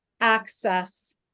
access